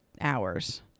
hours